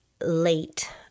late